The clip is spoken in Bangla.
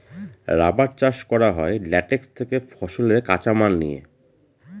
রাবার চাষ করা হয় ল্যাটেক্স থেকে ফলের কাঁচা মাল নিয়ে